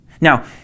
now